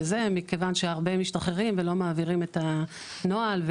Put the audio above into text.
מכיוון שהרבה משתחררים ולא מעבירים את הנוהל,